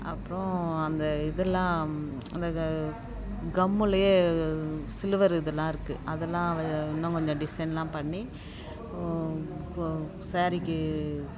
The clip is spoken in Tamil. அப்புறம் அந்த இதெல்லாம் அந்த க கம்முலையே சிலுவர் இதெல்லாம் இருக்குது அதெல்லாம் வ இன்னும் கொஞ்சம் டிசைன்லாம் பண்ணி கு ஸாரீக்கு